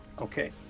okay